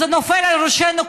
זה נופל על ראשינו כולנו.